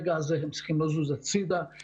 צריכים לזוז הצידה ברגע זה.